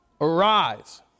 Arise